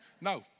No